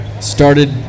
Started